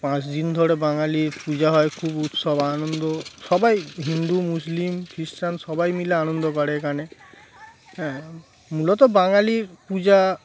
পাঁচ দিন ধরে বাঙালির পূজা হয় খুব উৎসব আনন্দ সবাই হিন্দু মুসলিম খ্রিস্টান সবাই মিলে আনন্দ করে এখানে হ্যাঁ মূলত বাঙালির পূজা